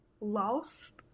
lost